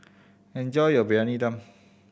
enjoy your Briyani Dum